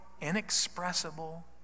inexpressible